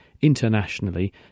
internationally